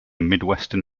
midwestern